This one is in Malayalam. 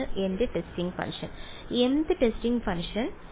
ഇതാണ് എന്റെ testing function m th testing function